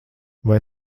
vai